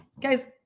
Guys